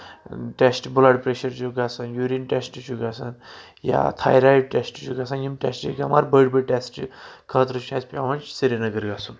ٹیسٹہٕ blood pressure چھُ گژھان یوٗریٖن ٹؠسٹہٕ چھُ گژھان یا تھایرایِڈ ٹیسٹہٕ چھُ گژھان یِم ٹؠسٹہٕ چھِ پؠوان بٔڑۍ بٔڑۍ ٹؠسٹہٕ خٲطرٕ چھُ اَسہِ پؠوان سری نگر گژھُن